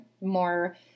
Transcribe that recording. more